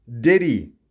Diddy